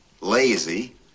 lazy